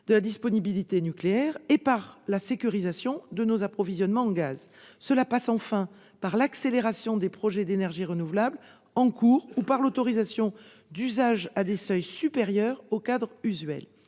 de la disponibilité nucléaire et par la sécurisation de nos approvisionnements en gaz. Cela passe aussi par l'accélération des projets d'énergies renouvelables en cours ou par l'autorisation d'usages à des seuils supérieurs au cadre usuel.